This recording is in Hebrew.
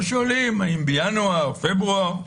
עכשיו שואלים האם בינואר, פברואר.